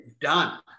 done